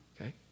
okay